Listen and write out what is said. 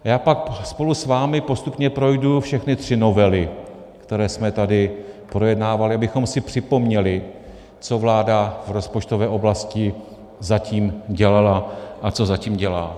A já pak spolu s vámi postupně projdu všechny tři novely, které jsme tady projednávali, abychom si připomněli, co vláda v rozpočtové oblasti zatím dělala a co zatím dělá.